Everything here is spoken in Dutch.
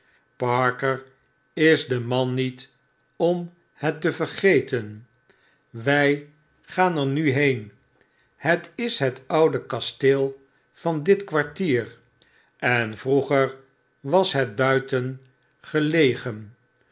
parker is de man niet om het te vergeten wij gaan er nu heen het is het oude kasteel van dit kwartier en vroeger was het buiten gelegen